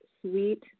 sweet